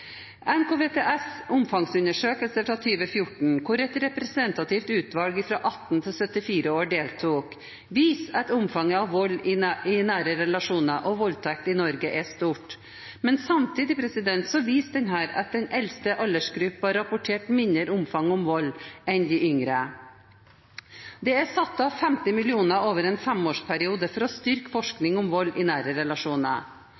NKVTS’ omfangsundersøkelse fra 2014, hvor et representativt utvalg fra 18 til 74 år deltok, viste at omfanget av vold i nære relasjoner og voldtekt i Norge er stort, men samtidig viste denne at de eldste aldersgruppene rapporterte mindre omfang av vold enn de yngre. Det er satt av 50 mill. kr over en femårsperiode for å styrke